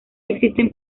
existen